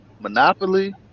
Monopoly